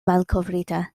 malkovrita